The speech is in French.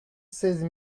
seize